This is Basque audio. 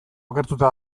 okertuta